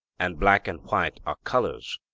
and black and white are colours,